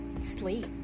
sleep